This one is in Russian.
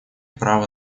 права